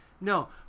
No